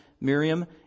Miriam